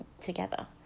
together